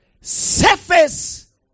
surface